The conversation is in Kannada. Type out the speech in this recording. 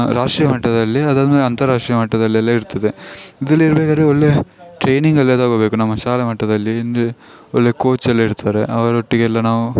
ರಾಷ್ಟ್ರಿಯ ಮಟ್ಟದಲ್ಲಿ ಅದಾದಮೇಲೆ ಅಂತರಾಷ್ಟ್ರೀಯ ಮಟ್ಟದಲ್ಲೆಲ್ಲ ಇರ್ತದೆ ಇದರಲ್ಲಿ ಇರ್ಬೇಕಾದ್ರೆೆ ಒಳ್ಳೆಯ ಟ್ರೈನಿಂಗೆಲ್ಲ ತಗೋಬೇಕು ನಮ್ಮ ಶಾಲಾ ಮಟ್ಟದಲ್ಲಿ ಒಳ್ಳೆಯ ಕೋಚೆಲ್ಲ ಇರ್ತಾರೆ ಅವರೊಟ್ಟಿಗೆಲ್ಲ ನಾವು